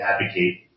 advocate